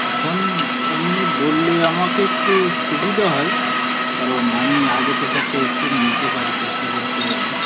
এখন আপনি বললে আমাকে একটু সুবিধা হয় কারণ আমি আগে থেকে একটা স্টেপ নিতে পারি চেষ্টা করতে পারি